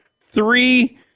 Three